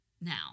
Now